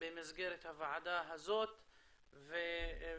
במסגרת הוועדה הזאת וברשותכם,